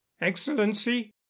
Excellency